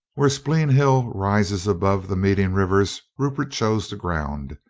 where speen hill rises above the meeting rivers rupert chose the ground,